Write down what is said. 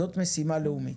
זו משימה לאומית,